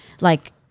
like-